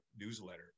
newsletter